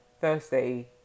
thursday